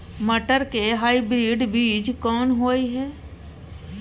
मटर के हाइब्रिड बीज कोन होय है?